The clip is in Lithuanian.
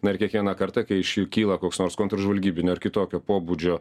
na ir kiekvieną kartą kai iš jų kyla koks nors kontržvalgybinio ar kitokio pobūdžio